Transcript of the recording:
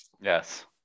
Yes